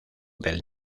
del